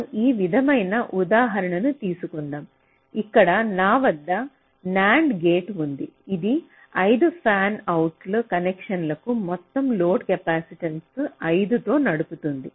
మనం ఈ విధమైన ఉదాహరణను తీసుకుందాం ఇక్కడ నా వద్ద NAND గేట్ ఉంది ఇది 5 ఫ్యాన్అవుట్ కనెక్షన్లను మొత్తం లోడ్ కెపాసిటెన్స్ 5 తో నడుపుతోంది